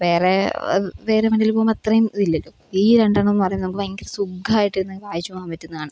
വേറെ അത് വേറെ വണ്ടിയിൽ പോവുമ്പോൾ അത്രയും ഇതില്ലല്ലോ ഈ രണ്ടെണ്ണം പറയുന്ന നമുക്ക് ഭയങ്കര സുഖമായിട്ട് ഇരുന്നങ്ങ് വായിച്ച് പോവാൻ പറ്റുന്നതാണ്